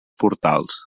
portals